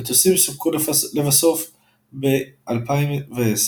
המטוסים סופקו לבסוף ב-2010.